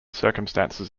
circumstances